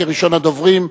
כראשון הדוברים,